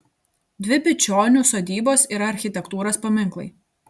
dvi bičionių sodybos yra architektūros paminklai